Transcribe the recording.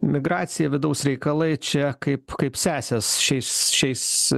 migracija vidaus reikalai čia kaip kaip sesės šiais šiais